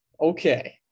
Okay